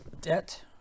debt